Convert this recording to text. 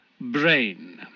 Brain